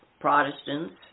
Protestants